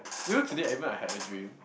you know today I even had a dream